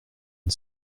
une